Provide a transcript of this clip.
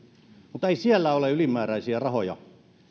mutta ei siellä ole ylimääräisiä rahoja